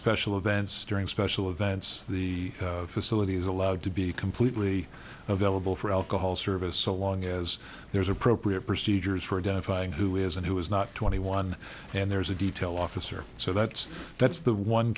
special events during special events the facility is allowed to be completely available for alcohol service so long as there's appropriate procedures for identifying who is and who is not twenty one and there's a detail officer so that's that's the one